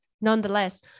nonetheless